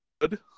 good